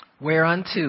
Whereunto